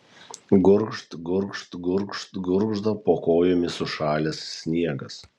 gurgžt gurgžt gurgžt gurgžda po kojomis sušalęs sniegas